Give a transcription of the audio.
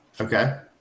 Okay